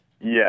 Yes